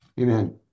Amen